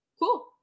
Cool